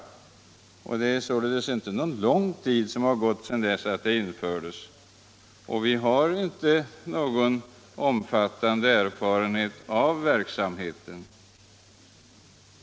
Det är således inte någon lång tid som gått sedan bidraget infördes, och vi har följaktligen inte någon omfattande erfarenhet av verksamheten.